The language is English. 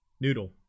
Noodle